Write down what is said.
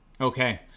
Okay